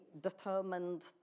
determined